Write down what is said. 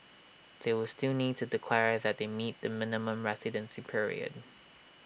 they will still need to declare that they meet the minimum residency period